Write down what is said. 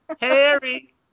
Harry